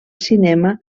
cinema